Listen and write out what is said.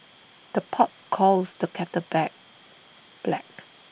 the pot calls the kettle back black